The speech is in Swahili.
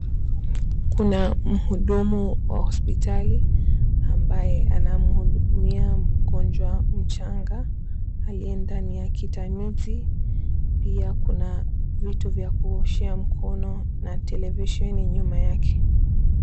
Kuna mhudumu wa hospitali ambaye anamhudumia mgonjwa mchanga aliye ndani ya kitanmizi. Pia kuna vitu vya kuoshea mkono na televisheni nyuma yake.